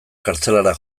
kartzelara